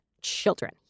children